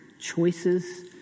choices